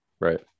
Right